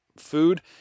food